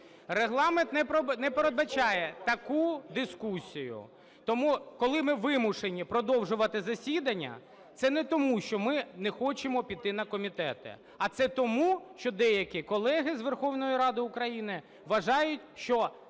Регламент не передбачає таку дискусію. Тому, коли ми вимушені продовжувати засідання, це не тому, що ми не хочемо піти на комітети, а це тому, що деякі колеги з Верховної Ради України вважають, що